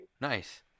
Nice